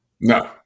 No